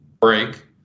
break